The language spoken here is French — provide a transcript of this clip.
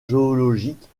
zoologique